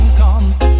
come